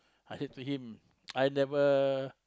I said to him I never